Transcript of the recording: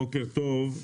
בוקר טוב,